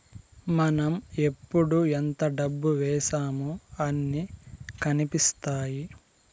మనం ఎప్పుడు ఎంత డబ్బు వేశామో అన్ని కనిపిత్తాయి